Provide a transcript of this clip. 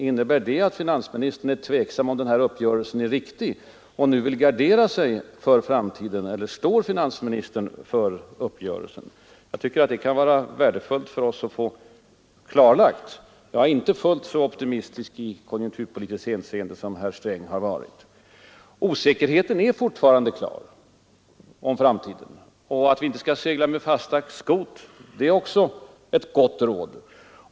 Innebär den med andra ord att finansministern är tveksam till uppgörelsen och vill gardera sig för framtiden? Eller står finansministern för uppgörelsen? Jag tycker att det är värdefullt att få detta klarlagt. Jag är inte fullt så optimistisk i konjunkturpolitiskt hänseende som herr Sträng. Det finns andra drag i bilden som herr Sträng inte berörde. Och osäkerheten om framtiden finns kvar. Att vi inte skall ”segla med fasta skot” är alltså ett gott råd.